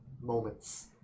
moments